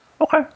okay